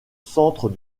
centre